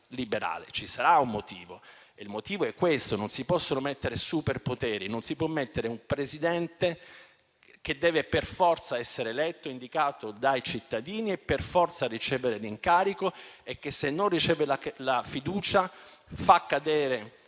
Ci sarà un motivo ed è che non si possono mettere superpoteri, non si può mettere un Presidente del Consiglio che deve per forza essere eletto, indicato dai cittadini, per forza ricevere l'incarico e che, se non riceve la fiducia, fa cadere